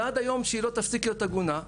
ועד היום שהיא לא תפסיק להיות עגונה,